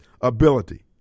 ability